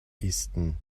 easton